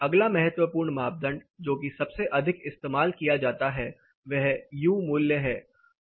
अगला महत्वपूर्ण मापदंड जो कि सबसे अधिक इस्तेमाल किया जाता है वह U मूल्य है